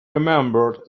remembered